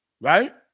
Right